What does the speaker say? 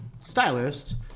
stylist